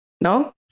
No